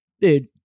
Dude